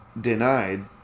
denied